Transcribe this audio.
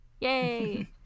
Yay